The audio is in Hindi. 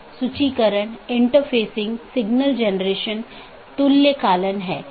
एक स्टब AS दूसरे AS के लिए एक एकल कनेक्शन है